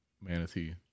Manatee